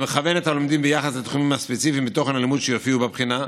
המכוון את הלומדים ביחס לתחומים הספציפיים בתוכן הלימוד שיופיעו בבחינה,